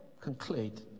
conclude